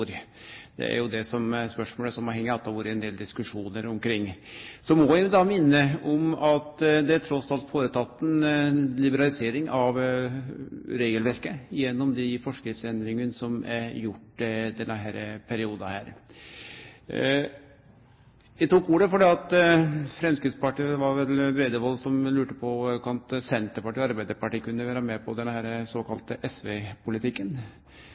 har vore ein del diskusjonar omkring. Så må eg minne om at det trass alt er føreteke ei liberalisering av regelverket gjennom dei forskriftsendringane som er gjorde i denne perioden. Eg tok ordet fordi Framstegspartiet – det var vel Bredvold – lurte på om Senterpartiet og Arbeidarpartiet kunne vere med på den såkalla